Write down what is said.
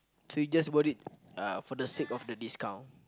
so you just bought it uh for the sake of the discount